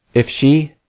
if she,